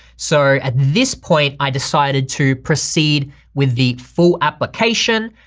so at this point i decided to proceed with the full application.